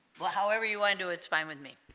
well however you want to it's fine with me